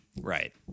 Right